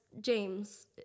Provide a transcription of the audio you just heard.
James